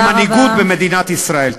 במנהיגות במדינת ישראל.